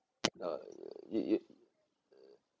no you you